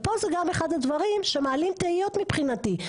ופה זה גם אחד הדברים שמעלים תהיות מבחינתי,